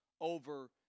over